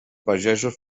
pagesos